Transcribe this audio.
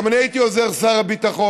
אני הייתי גם עוזר שר הביטחון,